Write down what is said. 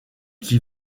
qui